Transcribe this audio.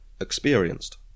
experienced